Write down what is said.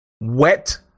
wet